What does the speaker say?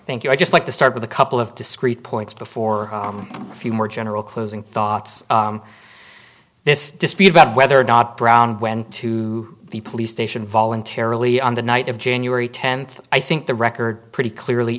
thank you i just like to start with a couple of discreet points before a few more general closing thoughts this dispute about whether or not brown went to the police station voluntarily on the night of january tenth i think the record pretty clearly